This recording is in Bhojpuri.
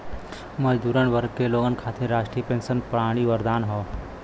मजदूर वर्ग के लोग खातिर राष्ट्रीय पेंशन प्रणाली वरदान हौ